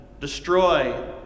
Destroy